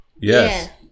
Yes